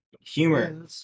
Humor